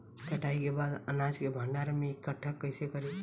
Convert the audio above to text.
कटाई के बाद अनाज के भंडारण में इकठ्ठा कइसे करी?